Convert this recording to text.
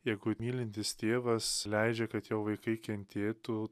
jeigu mylintis tėvas leidžia kad jo vaikai kentėtų